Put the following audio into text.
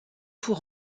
pour